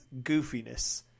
goofiness